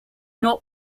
not